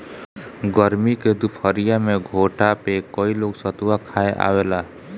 गरमी के दुपहरिया में घोठा पे कई लोग सतुआ खाए आवेला